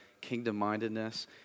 kingdom-mindedness